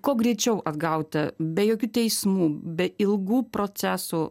kuo greičiau atgauti be jokių teismų be ilgų procesų